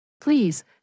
Please